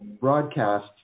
broadcast